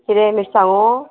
किरें मिरसांगो